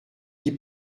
qui